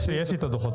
יש לי את הדוחות.